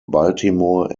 baltimore